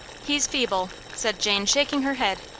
he's feeble, said jane, shaking her head.